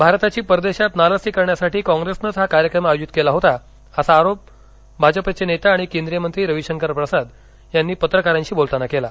भारताची परदेशात नालस्ती करण्यासाठी कॉप्रेसनंच हा कार्यक्रम आयोजित केला होता असा आरोप भाजपचे नेता आणि केंद्रीय मंत्री रविशंकर प्रसाद यांनी पत्रकारांशी बोलताना केला